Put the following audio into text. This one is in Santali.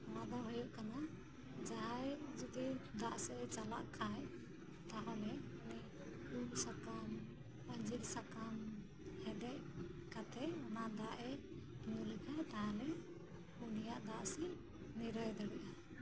ᱚᱱᱟ ᱫᱚ ᱦᱩᱭᱩᱜ ᱠᱟᱱᱟ ᱡᱟᱦᱟᱸᱭ ᱡᱩᱫᱤ ᱫᱟᱜ ᱥᱮᱜ ᱮ ᱪᱟᱞᱟᱜ ᱠᱷᱟᱡ ᱛᱟᱦᱚᱞᱮ ᱠᱩᱫᱽ ᱥᱟᱠᱟᱢ ᱟᱸᱡᱤᱨ ᱥᱟᱠᱟᱢ ᱦᱮᱰᱮᱡ ᱠᱟᱛᱮᱜ ᱚᱱᱟ ᱫᱟᱜ ᱮ ᱧᱩ ᱞᱮᱠᱷᱟᱡ ᱛᱟᱦᱞᱮ ᱩᱱᱤᱭᱟᱜ ᱫᱟᱜ ᱥᱮᱜ ᱱᱤᱨᱟᱹᱭ ᱫᱟᱲᱮᱭᱟᱜᱼᱟ